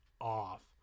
off